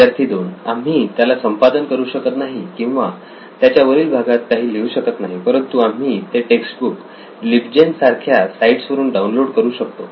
विद्यार्थी 2 आम्ही त्याला संपादन करू शकत नाही किंवा त्याच्या वरील भागात काही लिहू शकत नाही परंतु आम्ही ते टेक्स्ट बुक लिबजेन सारख्या साईट्स वरून डाऊनलोड करू शकतो